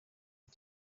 iyi